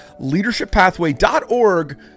Leadershippathway.org